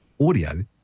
audio